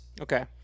Okay